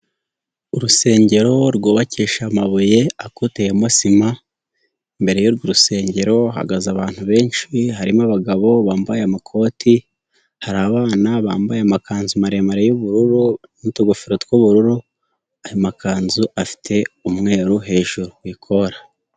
Urusengero rwubakishije amabuye akotemo sima, imbere yu'rwo rusengero hahagaze abantu benshi harimo abagabo bambaye amakoti, hari abana bambaye amakanzu maremare yu'bururu n'utugofero tw'ubururu, ayo makanzu afite umweru hejuru ku ikora.